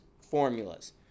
formulas